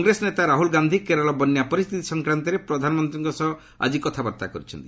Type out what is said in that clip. କଂଗ୍ରେସ ନେତା ରାହୁଲ ଗାନ୍ଧି କେରଳ ବନ୍ୟା ପରିସ୍ଥିତି ସଂକ୍ରାନ୍ତରେ ପ୍ରଧାନମନ୍ତ୍ରୀଙ୍କ ସହ ଆଜି କଥାବାର୍ତ୍ତା କରିଛନ୍ତି